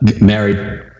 married